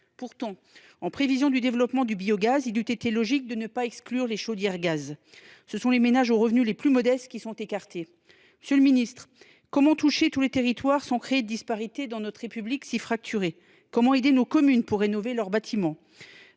Pourtant, en prévision du développement du biogaz, il eût été logique de ne pas exclure les chaudières à gaz. Ce sont donc les ménages aux revenus les plus modestes qui sont écartés. Comment toucher tous les territoires sans créer de disparités dans notre République, déjà si fracturée ? Comment aider nos communes à rénover leurs bâtiments ?